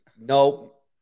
Nope